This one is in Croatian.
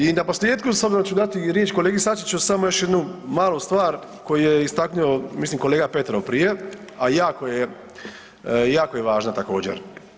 I naposljetku s obzirom da ću dati i riječ kolegi Sačiću samo još jednu malu stvar koju je istaknuo mislim kolega Petrov prije, a jako je, jako je važna također.